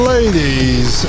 Ladies